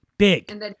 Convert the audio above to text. big